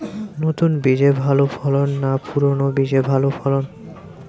নতুন বীজে ভালো ফলন না পুরানো বীজে ভালো ফলন?